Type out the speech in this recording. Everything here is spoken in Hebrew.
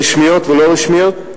רשמיות ולא רשמיות,